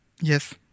Yes